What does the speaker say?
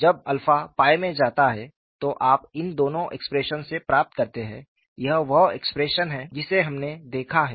जब 𝜶 𝝅 में जाता है तो आप इन दोनों एक्सप्रेशंस से प्राप्त करते हैं यह वह एक्सप्रेशन है जिसे हमने देखा है